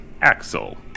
Axel